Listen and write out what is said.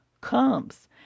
comes